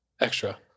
Extra